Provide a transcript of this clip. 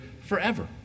forever